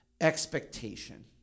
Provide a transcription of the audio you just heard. expectation